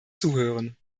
zuhören